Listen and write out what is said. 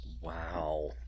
Wow